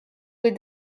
with